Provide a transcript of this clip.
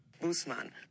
Busman